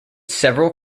several